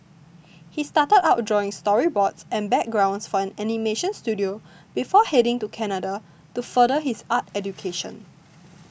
he started out drawing storyboards and backgrounds for an animation studio before heading to Canada to further his art education